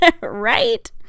right